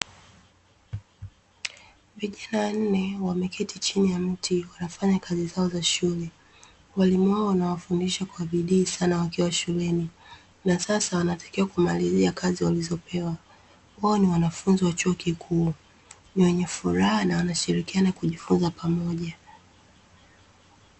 Vijana wanne wameketi chini ya mti wanafanya kazi zao za shule. Waalimu wao wanawafundisha kwa bidii sana wakiwa shuleni, na sasa wanatakiwa kumalizia kazi walizopewa. Wao ni wanafunzi wa chuo kikuu, ni wenye furaha na wanashirikiana kujifunza pamoja.